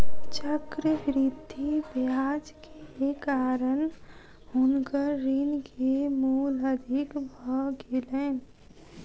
चक्रवृद्धि ब्याज के कारण हुनकर ऋण के मूल अधिक भ गेलैन